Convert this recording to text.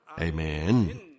Amen